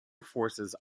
forces